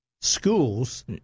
Schools